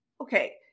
Okay